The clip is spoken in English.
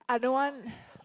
I don't want